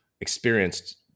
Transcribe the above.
experienced